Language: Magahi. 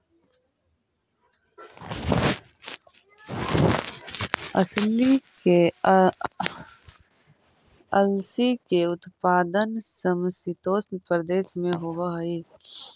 अलसी के उत्पादन समशीतोष्ण प्रदेश में होवऽ हई